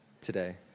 today